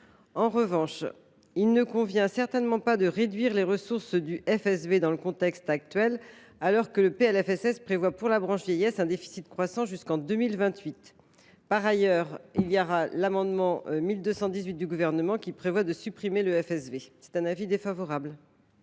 En revanche, il ne convient certainement pas de réduire les ressources du FSV dans le contexte actuel, alors que le PLFSS prévoit pour la branche vieillesse un déficit croissant jusqu’en 2028. Par ailleurs, l’amendement n° 1218 du Gouvernement, que nous examinerons un peu plus tard,